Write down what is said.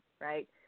right